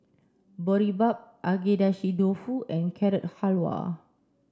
Boribap Agedashi Dofu and Carrot Halwa